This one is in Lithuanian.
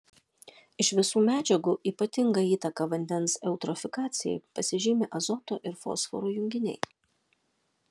iš visų medžiagų ypatinga įtaka vandens eutrofikacijai pasižymi azoto ir fosforo junginiai